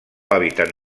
hàbitat